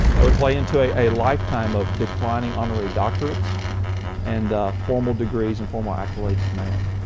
and would play into a lifetime of declining honorary doctorates and formal degrees and formal accolades of man.